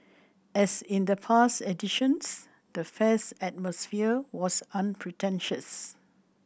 as in the past editions the fairs atmosphere was unpretentious